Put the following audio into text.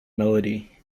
melody